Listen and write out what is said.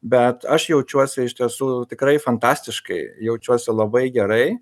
bet aš jaučiuosi iš tiesų tikrai fantastiškai jaučiuosi labai gerai